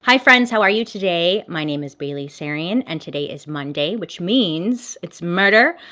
hi friends, how are you today? my name is bailey sarian, and today is monday, which means. it's murder,